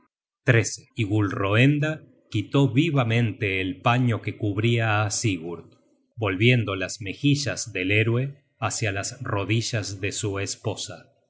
rey y gulroenda quitó vivamente el paño que cubria á sigurd volviendo las mejillas del héroe hácia las rodillas de su esposa